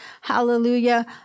hallelujah